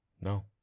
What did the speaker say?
No